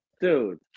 dude